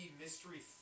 mystery